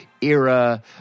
era